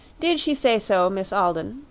did she say so, miss alden?